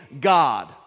God